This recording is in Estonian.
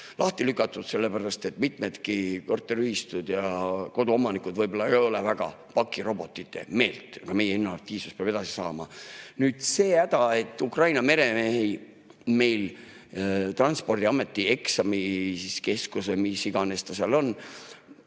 lahti. Sellepärast, et mitmedki korteriühistud ja koduomanikud võib-olla ei ole väga pakirobotite meelt. Aga meie innovatiivsus peab edasi saama. Nüüd on see häda, et Ukraina meremehi meil Transpordiameti eksamikeskus või mis iganes ta seal on,